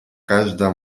każda